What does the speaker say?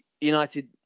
United